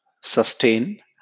sustain